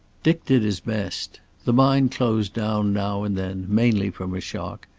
dick did his best. the mind closed down now and then, mainly from a shock.